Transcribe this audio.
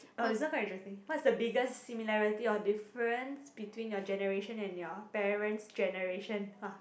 oh this one quite interesting what's the biggest similarity or difference between your generation and your parent's generation !wah!